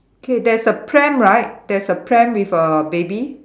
okay there's a pram right there's a pram with a baby